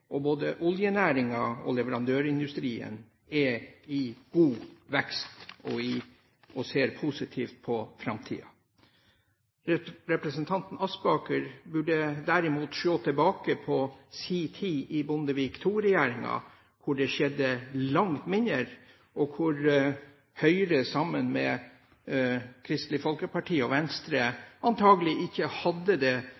nå. Både oljenæringen og leverandørindustrien er i god vekst, og man ser positivt på framtiden. Representanten Aspaker burde derimot se tilbake på tiden under Bondevik II-regjeringen, hvor det skjedde langt mindre, og hvor Høyre sammen med Kristelig Folkeparti og